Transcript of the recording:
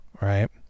right